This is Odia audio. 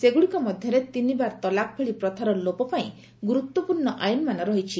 ସେଗୁଡ଼ିକ ମଧ୍ୟରେ ତିନିବାର ତଲାକ୍ ଭଳି ପ୍ରଥାର ଲୋପ ପାଇଁ ଗୁରୁତ୍ୱପୂର୍ଣ୍ଣ ଆଇନମାନ ରହିଛି